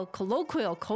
Colloquial